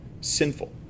sinful